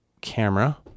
camera